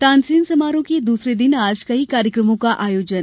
तानसेन समारोह के दूसरे दिन आज कई कार्यक्रमों का आयोजन